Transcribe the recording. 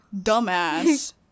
dumbass